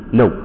no